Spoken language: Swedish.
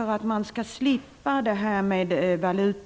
är att man skall slippa bl.a. valutajusteringar.